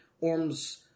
orm's